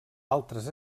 altres